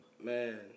Man